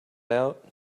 out